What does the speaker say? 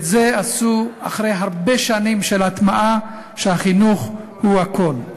את זה עשו אחרי הרבה שנים של הטמעה שהחינוך הוא הכול.